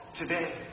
today